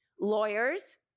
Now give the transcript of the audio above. lawyers